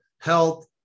health